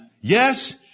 Yes